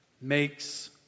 makes